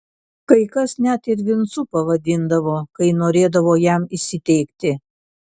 kai kas net ir vincu pavadindavo kai norėdavo jam įsiteikti